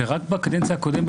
רק בקדנציה הקודמת,